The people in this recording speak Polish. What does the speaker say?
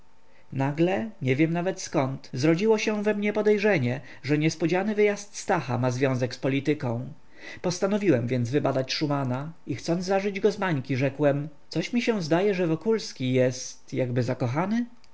nagle nie wiem nawet zkąd zrodziło się we mnie podejrzenie że niespodziany wyjazd stacha ma związek z polityką postanowiłem więc wybadać szumana i chcąc zażyć go zmańki rzekłem coś mi się zdaje że wokulski jest jakby zakochany